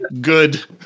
Good